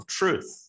truth